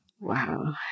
Wow